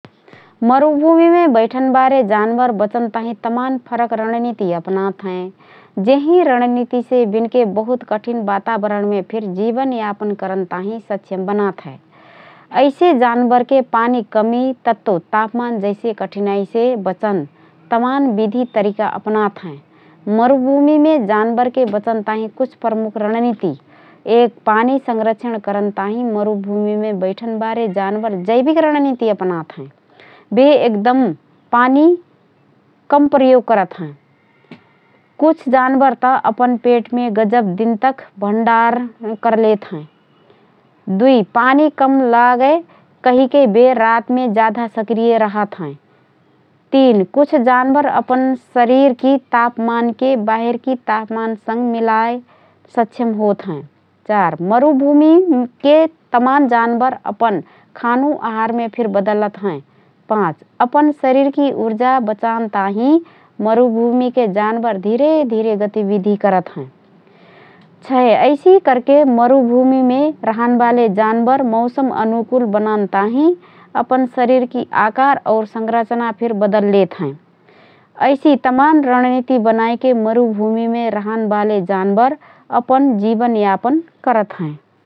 मरुभूमिमे बैठनबारे जानबर बचन ताहिँ तमान फरक रणनीति अपनात हएँ । जेहि रणनीतिसे बिनके बहुत कठिन वातावरणमे फिर जीवन यापन करन ताहिँ सक्षम बनात हए । ऐसे जानबरनके पानीक कमी, तत्तो तापमान जैसे कठिनाइसे बचन तमान विधि तरिका अपनात हएँ । मरुभूमिमे जानबरनके बचन ताहिँ कुछ प्रमुख रणनीति: १. पानी संरक्षण करन ताहिँ मरुभूमिमे बैठनबारे जानबर जैविक रणनीति अपनात हएँ । बे एकदम पानी कम प्रयोग करत हएँ । कुछ जानबर त अपन पेटमे गजब दिनतक भण्डारण करलेत हएँ । २. पानी कम लागए कहिके बे रातमे जाधा सक्रिय रहातहएँ । ३. कुछ जानबर अपन शरीरकी तापमानके बाहिरकी तापमानसँग मिलान सक्षम होतहएँ । ४. मरुभूमिके तमान जानबर अपन खानु/आहारमे फिर बदलत हएँ, ५. अपन शरीरमैकि उर्जा बचान ताहिँ मरुभूमिके जानबर धिरे धिरे गतिविधि करत हएँ । ६. ऐसि करके मरुभुमिमे रहनबाले जानबर मौसम अनुकुल बनान ताहिँ अपन शरीरकी आकार और संरचना फिर बदललेत हएँ । ऐसि तमान रणनीति बनाएके मरुभुमिमे रहन बाले जानबर अपन जीवन यापन करत हएँ ।